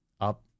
up